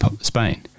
Spain